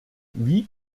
wie